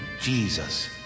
Jesus